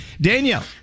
Danielle